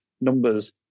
numbers